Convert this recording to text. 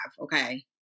Okay